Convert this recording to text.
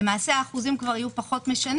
האחוזים יהיו פחות משנים